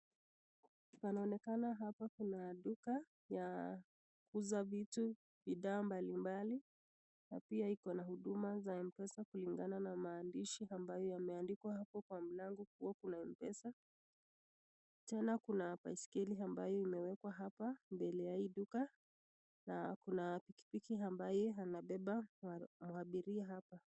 Panaonekana hapa kuna duka ya kuuza vitu bidhaa mbalimbali na pia iko na huduma za M-Pesa kulingana na maandishi ambayo yameandikwa hapo kwa mlango huu kuna M-Pesa. Tena kuna baiskeli ambayo imewekwa hapa mbele ya hii duka na kuna pikipiki ambaye anabeba mabiria hapa.